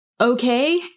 okay